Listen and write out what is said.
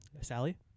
Sally